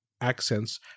accents